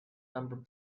number